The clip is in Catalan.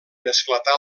esclatar